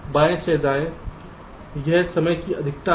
बाएं से दाएं यह समय की अधिकता है